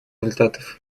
результатов